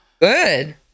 Good